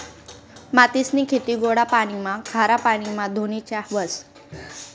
मोतीसनी खेती गोडा पाणीमा, खारा पाणीमा धोनीच्या व्हस